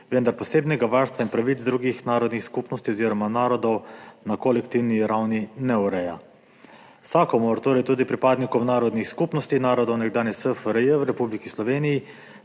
vendar posebnega varstva in pravic drugih narodnih skupnosti oziroma narodov na kolektivni ravni ne ureja. Vsakomur, torej tudi pripadnikom narodnih skupnosti narodov nekdanje SFRJ v Republiki Sloveniji,